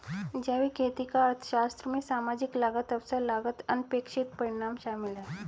जैविक खेती का अर्थशास्त्र में सामाजिक लागत अवसर लागत अनपेक्षित परिणाम शामिल है